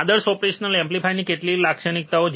આદર્શ ઓપરેશનલ એમ્પ્લીફાયરની કેટલીક લાક્ષણિકતાઓ